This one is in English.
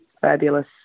fabulous